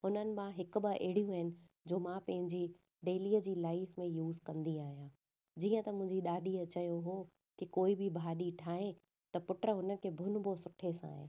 हुननि मां हिकु ॿ अहिड़ियूं आहिनि जो मां पंहिंजी डेलीअ जी लाइफ में यूस कंदी आहियां जीअं त मुंहिंजी ॾाॾीअ चयो हुओ की कोई बि भाॼी ठाहे त पुट हुनखे भुनिॿो सुठे सां